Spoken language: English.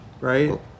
Right